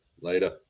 Later